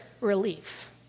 relief